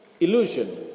illusion